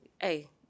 Hey